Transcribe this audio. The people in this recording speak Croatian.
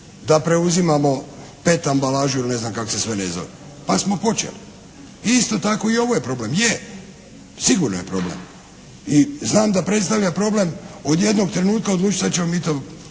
Da preuzimamo pet ambalažu ili ne znam kak se sve ne zove. Pa smo počeli. I isto tako ovo je problem. Je, sigurno je problem. I znam da predstavlja problem od jednog trenutka odlučiti sad ćemo mi to